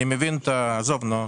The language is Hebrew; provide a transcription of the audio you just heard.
עזוב, נו,